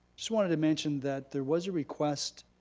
just wanted to mention that there was a request